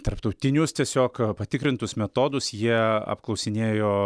tarptautinius tiesiog patikrintus metodus jie apklausinėjo